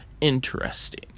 interesting